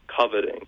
coveting